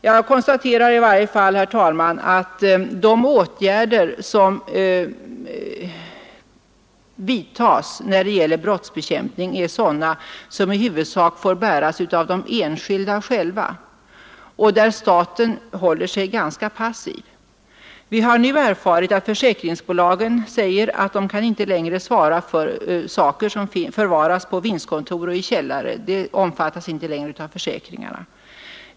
Jag konstaterar i varje fall, herr talman, att de åtgärder som vidtas när det gäller brottsbekämpning är sådana som i huvudsak får bäras av de enskilda själva och där staten håller sig ganska passiv. Vi har nu erfarit att försäkringsbolagen säger att de inte längre kan svara för saker som förvaras på vindskontor och i källare — det omfattas inte längre av försäkringarna.